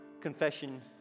confession